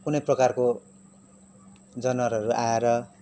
कुनै प्रकारको जनावरहरू आएर